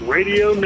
Radio